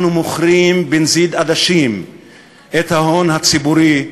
אנחנו מוכרים בנזיד עדשים את ההון הציבורי,